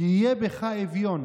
"כי יהיה בך אביון